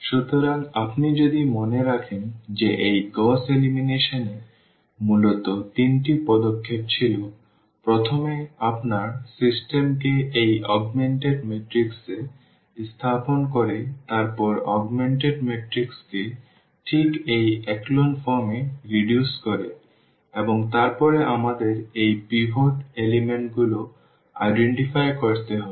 সুতরাং আপনি যদি মনে রাখেন যে এই গউস এলিমিনেশন এ মূলত তিনটি পদক্ষেপ ছিল প্রথমে আপনার সিস্টেমকে এই অগমেন্টেড ম্যাট্রিক্স এ স্থাপন করে তারপর অগমেন্টেড ম্যাট্রিক্সকে ঠিক এই echelon form এ রিডিউস করে এবং তারপরে আমাদের এই পিভট উপাদানগুলো শনাক্ত করতে হবে